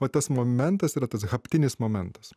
o tas momentas yra tas haptinis momentas